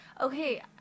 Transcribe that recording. Okay